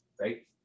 right